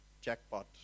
Jackpot